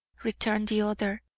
returned the other.